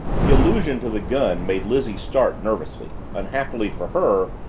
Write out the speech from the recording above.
the allusion to the gun made lizzie start nervously, unhappily for her,